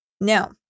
Now